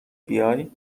بیای